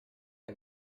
che